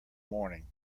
morning